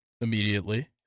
immediately